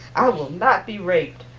i will not be raped.